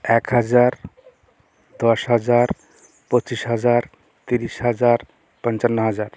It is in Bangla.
এক হাজার দশ হাজার পঁচিশ হাজার তিরিশ হাজার পঞ্চান্ন হাজার